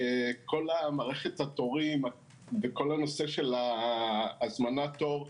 כל מערכת התורים וכל הנושא של הזמנת תור,